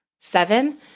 Seven